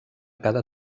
cada